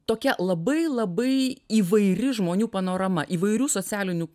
tokia labai labai įvairi žmonių panorama įvairių socialinių